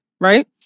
right